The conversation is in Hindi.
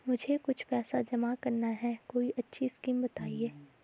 मुझे कुछ पैसा जमा करना है कोई अच्छी स्कीम बताइये?